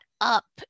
up